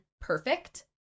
perfect